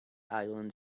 island